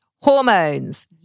hormones